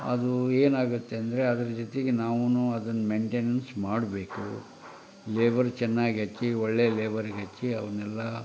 ಅದು ಏನಾಗುತ್ತೆ ಅಂದರೆ ಅದ್ರ ಜೊತೆಗೆ ನಾವೂ ಅದನ್ನ ಮೆಂಟೈನೆನ್ಸ್ ಮಾಡಬೇಕು ಲೇಬರ್ ಚೆನ್ನಾಗಿ ಹಚ್ಚಿ ಒಳ್ಳೆ ಲೇಬರಿಗೆ ಹಚ್ಚಿ ಅವನ್ನೆಲ್ಲ